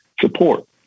support